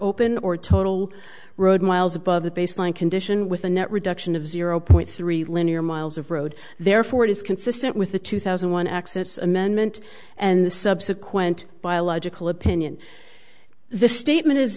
open or total road miles above the baseline condition with a net reduction of zero point three linear miles of road therefore it is consistent with the two thousand and one exit amendment and the subsequent biological opinion the statement is